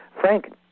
Frank